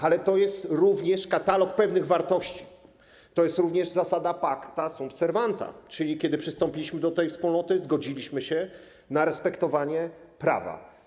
Ale to jest również katalog pewnych wartości, to jest również zasada pacta sunt servanda, czyli kiedy przystąpiliśmy do tej Wspólnoty, zgodziliśmy się na respektowanie prawa.